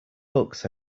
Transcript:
books